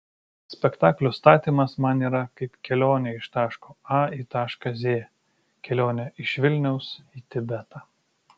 spektaklio statymas man yra kaip kelionė iš taško a į tašką z kelionė iš vilniaus į tibetą